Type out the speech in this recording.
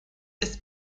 ist